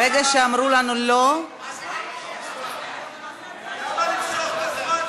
ברגע שאמרו לנו "לא" למה למשוך את הזמן ככה?